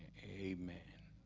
a man